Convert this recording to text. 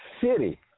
city